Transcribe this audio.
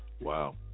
wow